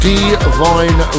Divine